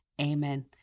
amen